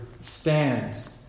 stands